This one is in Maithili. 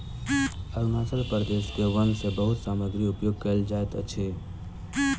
अरुणाचल प्रदेश के वन सॅ बहुत सामग्री उपयोग कयल जाइत अछि